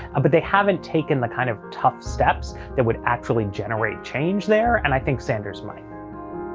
but they haven't taken the kind of tough steps that would actually generate change there. and i think sanders might.